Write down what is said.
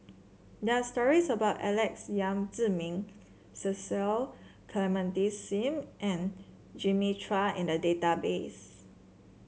there are stories about Alex Yam Ziming Cecil Clementi Seen and Jimmy Chua in the database